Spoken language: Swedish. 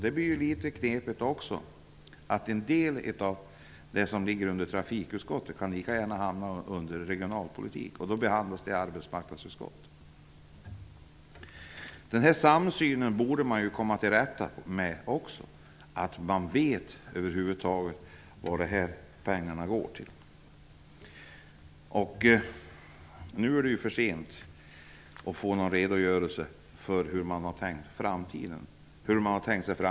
Det blir litet knepigt att en del av det som ligger under trafikutskottet lika gärna kan betraktas som regionalpolitik, och då behandlas det i arbetsmarknadsutskottet. Den här samsynen borde man också komma till rätta med. Man borde veta vad de här pengarna går till. Nu är det ju för sent att få någon redogörelse för hur man tänkt sig framtiden.